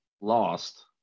lost